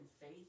faith